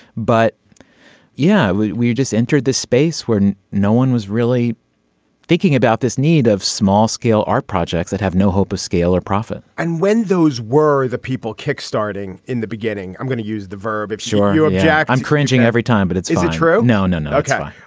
but yeah we we just entered this space where no one was really thinking about this need of small scale art projects that have no hope of scale or profit and when those were the people kickstarting in the beginning. i'm gonna use the verb. sure you jack. i'm cringing every time but it's it's true. no no no. okay.